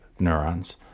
neurons